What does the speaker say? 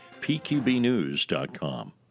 pqbnews.com